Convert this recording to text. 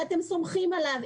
שאתם סומכים עליו,